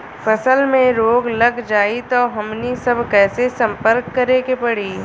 फसल में रोग लग जाई त हमनी सब कैसे संपर्क करें के पड़ी?